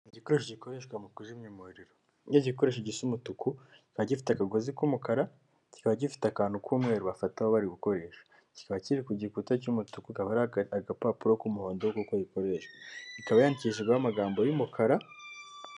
Igikoresho gikoreshwa mu kuzimya umuriro, iki ni igikoresho gisa umutuku kikaba gifite akagozi k'umukara cyikaba gifite akantu k'umweru bafataho bari gukoresha cyikaba kiri ku gikuta cy'umutuku, aka aba ari agapapuro k'umuhondo kuko rikoreshwa ikaba yandikishijweho amagambo y'umukara.